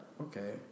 okay